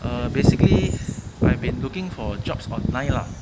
uh basically I've been looking for jobs online lah